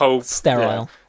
sterile